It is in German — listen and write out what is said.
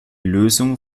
lösung